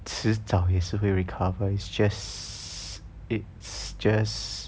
迟早也是会 recover it's just it's just